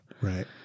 Right